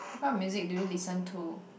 what kind of music do you listen to